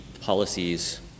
policies